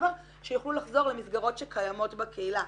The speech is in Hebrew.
מעבר שיוכלו לחזור למסגרות שקיימות בקהילה.